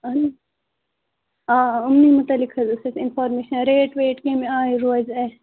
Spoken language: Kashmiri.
اَہن حظ اَمنٕے متعلق حظ ٲسۍ اَسہِ اِنفارمیٚشن ریٹ ویٹ کمہِ آیہِ روزِ اَسہِ